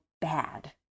bad